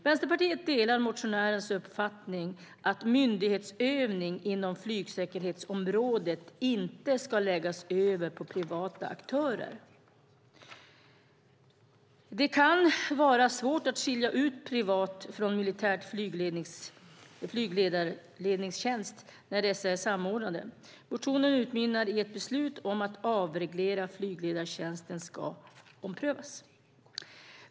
Vänsterpartiet delar motionärernas uppfattning att myndighetsutövning inom flygsäkerhetsområdet inte ska läggas över på privata aktörer. Det kan vara svårt att skilja ut privat flygledning från militär flygledning när dessa är samordnade. Motionen utmynnar i förslaget att beslutet om att avreglera flygledartjänsterna ska omprövas.